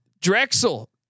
Drexel